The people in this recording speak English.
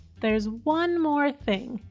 there's one more thing.